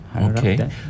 okay